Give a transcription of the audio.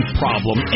problem